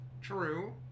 True